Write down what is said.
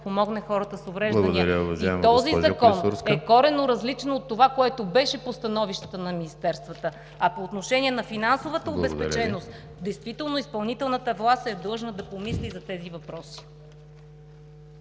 НАДЯ КЛИСУРСКА-ЖЕКОВА: И този закон е коренно различен от това, което беше по становищата на министерствата, а по отношение на финансовата обезпеченост действително изпълнителната власт е длъжна да помисли за тези въпроси.